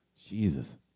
Jesus